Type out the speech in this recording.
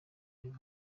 reba